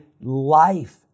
life